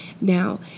Now